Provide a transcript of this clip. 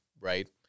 right